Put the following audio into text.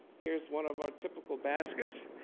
here's one of our typical baskets.